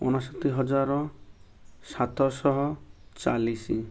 ଅଣଷୋଠି ହଜାର ସାତଶହ ଚାଳିଶି